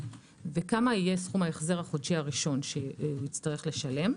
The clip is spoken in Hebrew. וכמה יהיה סכום ההחזר החודשי הראשון שיצטרך לשלם.